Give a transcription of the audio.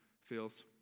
feels